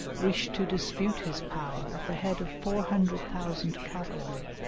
wished to dispute his power at the head of four hundred thousand cavalry.